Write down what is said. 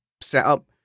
setup